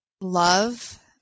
love